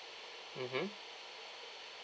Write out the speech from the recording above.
mmhmm